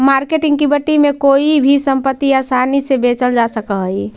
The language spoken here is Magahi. मार्केट इक्विटी में कोई भी संपत्ति आसानी से बेचल जा सकऽ हई